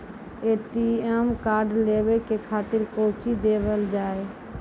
ATM card लेवे के खातिर कौंची देवल जाए?